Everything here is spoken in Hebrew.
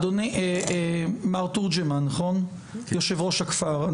מר תורג'מן נכון יושב ראש הכפר,